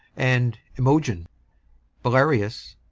and imogen belarius.